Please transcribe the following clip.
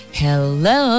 hello